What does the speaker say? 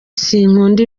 sinkunda